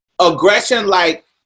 aggression—like